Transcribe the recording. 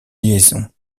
liaison